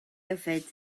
yfed